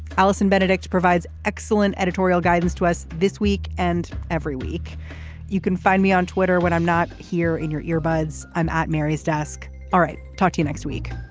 allison benedict provides excellent editorial guidance to us this week and every week you can find me on twitter when i'm not here in your earbuds. i'm at mary's desk. all right talk to you next week